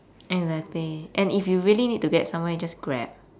exactly and if you really need to get somewhere you just grab